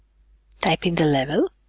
type in the level